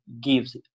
gives